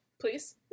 please